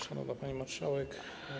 Szanowna Pani Marszałek!